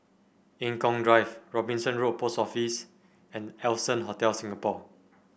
Eng Kong Drive Robinson Road Post Office and Allson Hotel Singapore